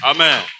Amen